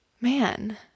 Man